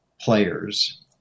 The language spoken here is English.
players